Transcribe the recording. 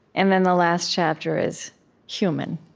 and then, the last chapter is human.